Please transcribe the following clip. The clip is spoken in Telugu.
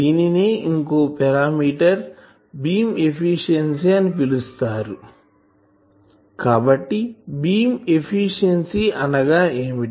దీనినే ఇంకో పారామీటర్ బీమ్ ఎఫిషియన్సీ అని పిలుస్తారు కాబట్టి బీమ్ ఎఫిషియన్సీ అనగా ఏమిటి